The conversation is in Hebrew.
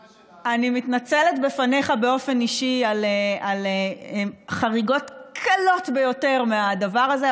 מתנצלת בפניך באופן אישי על חריגות קלות ביותר מהדבר הזה.